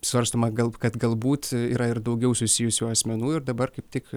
svarstoma gal kad galbūt yra ir daugiau susijusių asmenų ir dabar kaip tik